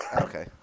Okay